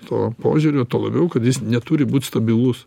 to požiūrio tuo labiau kad jis neturi būt stabilus